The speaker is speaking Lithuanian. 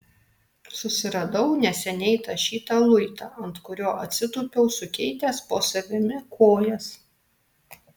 susiradau neseniai tašytą luitą ant kurio atsitūpiau sukeitęs po savimi kojas